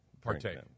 partake